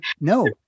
no